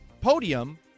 podium